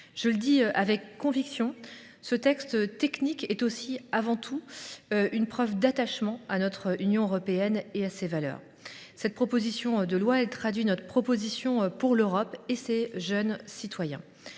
Je le dis avec conviction : ce texte technique est avant tout une preuve d’attachement à l’Union européenne et à ses valeurs. Il traduit notre proposition pour l’Europe et pour ses jeunes citoyens.